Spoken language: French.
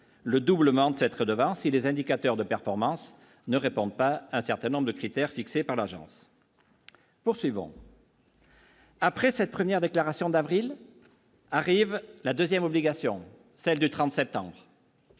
le doublement de cette redevance et les indicateurs de performance ne répondent pas un certain nombre de critères fixés par l'agence poursuivant. Après cette première déclaration d'avril arrive la 2ème obligation, celle de 37 ans.